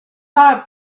thought